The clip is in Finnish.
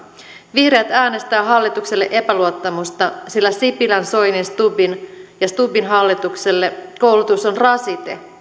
vihreät äänestävät hallitukselle epäluottamusta sillä sipilän soinin ja stubbin hallitukselle koulutus on rasite